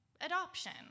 adoption